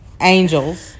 angels